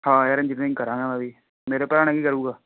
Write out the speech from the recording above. ਹਾਂ ਯਾਰ ਇੰਜਨੀਅਰਿੰਗ ਕਰਾਂਗਾ ਮੈਂ ਵੀ ਮੇਰੇ ਭਰਾ ਨੇ ਕੀ ਕਰੂਗਾ